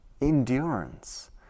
endurance